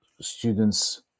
Students